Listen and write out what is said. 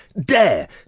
dare